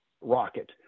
rocket